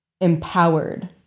empowered